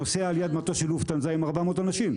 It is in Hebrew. נוסע על ידי מטוס של לופטהנזה עם 400 אנשים.